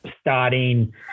starting